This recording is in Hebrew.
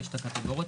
ויש קטגוריות.